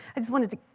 i just wanted to